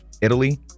Italy